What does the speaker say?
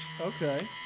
Okay